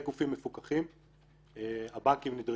אם זה משהו שקורה באופן תדיר ושהוא לא